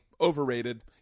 overrated